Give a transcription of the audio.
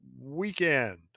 weekend